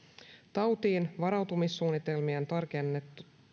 taudin varautumissuunnitelmien tarkennuttua